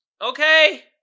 Okay